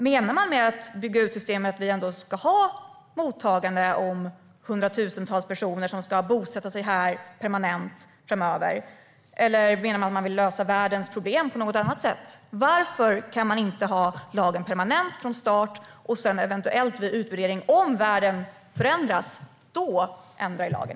Menar man med att "bygga ut systemet" att vi ändå ska ha mottagande av hundratusentals personer som ska bosätta sig här permanent framöver? Eller menar man att man vill lösa världens problem på något annat sätt? Varför kan man inte ha lagen permanent från start och sedan vid en utvärdering eventuellt, om världen förändras, ändra i lagen?